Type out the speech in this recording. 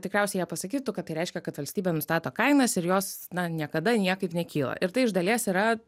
tikriausiai jie pasakytų kad tai reiškia kad valstybė nustato kainas ir jos na niekada niekaip nekyla ir tai iš dalies yra